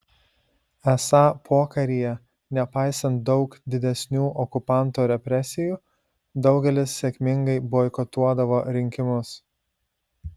esą pokaryje nepaisant daug didesnių okupanto represijų daugelis sėkmingai boikotuodavo rinkimus